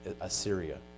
Assyria